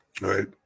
right